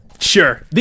Sure